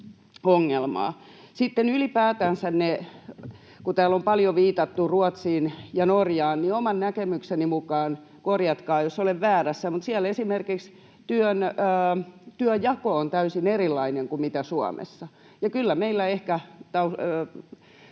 Sitten ylipäätänsä... Täällä on paljon viitattu Ruotsiin ja Norjaan, ja oman näkemykseni mukaan — korjatkaa, jos olen väärässä — siellä esimerkiksi työnjako on täysin erilainen kuin Suomessa. Ja kyllä meillä ehkä